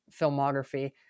filmography